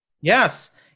yes